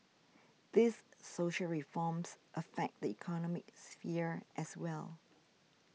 these social reforms affect the economic sphere as well